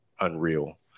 unreal